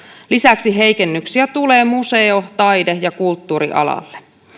lisäksi heikennyksiä tulee museo taide ja kulttuurialalle